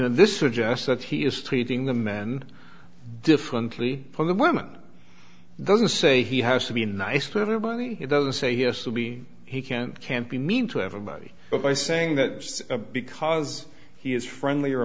know this is just that he is treating the men differently from the women doesn't say he has to be nice to everybody it doesn't say he has to be he can't can't be mean to everybody but by saying that just because he is friendly or